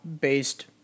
based